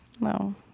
no